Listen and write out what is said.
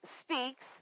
speaks